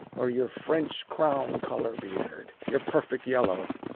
or your french-crown-colour beard, your perfect yellow.